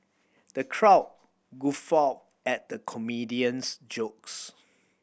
the crowd guffawed at the comedian's jokes